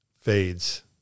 fades